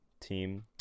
team